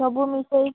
ସବୁ ମିଶେଇକି